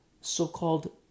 so-called